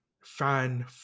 fan